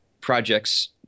project's